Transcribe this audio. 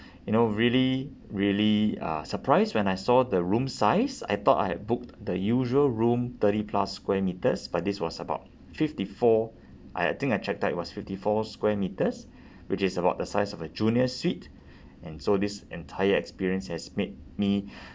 you know really really uh surprised when I saw the room size I thought I had booked the usual room thirty plus square metres but this was about fifty four I think I checked out it was fifty four square metres which is about the size of a junior suite and so this entire experience has made me